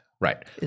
Right